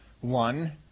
one